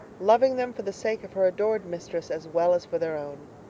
loving them for the sake of her adored mistress as well as for their own.